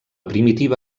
primitiva